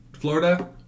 Florida